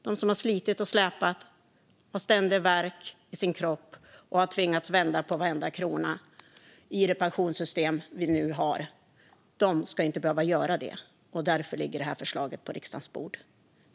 De som har slitit och släpat, har ständig värk i sin kropp och har tvingats att vända på varenda krona i det pensionssystem vi nu har ska inte behöva göra det. Därför ligger det här förslaget på riksdagens bord.